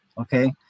Okay